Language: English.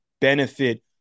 benefit